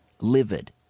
livid